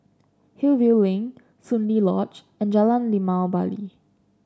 Hillview Link Soon Lee Lodge and Jalan Limau Bali